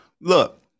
look